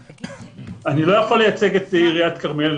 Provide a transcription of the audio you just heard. אני לא יכול לייצג את עיריית כרמיאל.